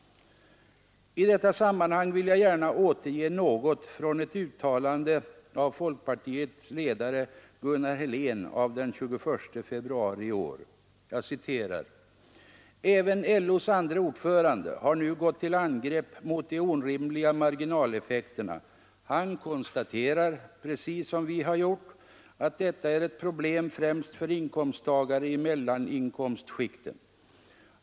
I detta sammanhang vill jag gärna återge något från ett uttalande av folkpartiets ledare Gunnar Helén av den 21 februari i år: ”Även LO:s andre ordförande har nu gått till angrepp mot de orimliga marginaleffekterna. Han konstaterar, precis som vi har gjort, att detta är ett problem främst för inkomsttagare i mellaninkomstskikten.